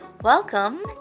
Welcome